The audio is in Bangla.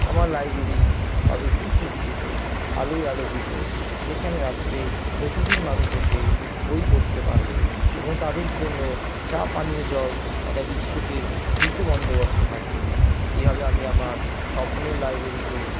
আমার লাইব্রেরি হবে সুসজ্জিত আলোয় আলোকিত যেখানে রাত্রে প্রতিদিন মানুষ এসে বই পড়তে পারবে এবং তাদের জন্য চা পানীয় জল অথবা বিস্কুটের ফ্রিতে বন্দোবস্ত থাকবে এইভাবে আমি আমার স্বপ্নের লাইব্রেরিকে